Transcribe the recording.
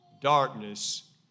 darkness